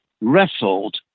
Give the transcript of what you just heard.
wrestled